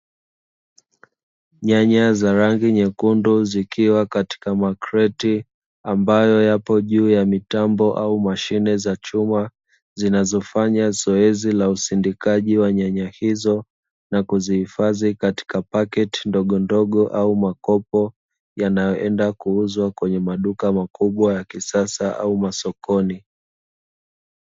Nyanya za rangi nyekundu zikiwa katika makreti ambayo yapo juu ya mitambo au mashine za chuma zinazofanya zoezi la usindikaji wa nyanya hizo, na kuzihifadhi katika paketi ndogo ndogo au makopo yanayoenda kuuzwa kwenye maduka makubwa ya kisasa au masokoni.